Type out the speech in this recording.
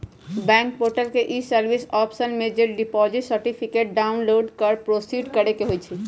bank portal के e service option में से डिपॉजिट सर्टिफिकेट डाउनलोड कर प्रोसीड करेके होइ छइ